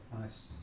Nice